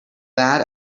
that